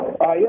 Yes